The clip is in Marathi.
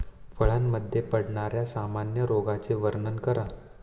फळांमध्ये पडणाऱ्या सामान्य रोगांचे वर्णन करा